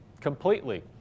completely